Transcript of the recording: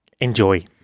Enjoy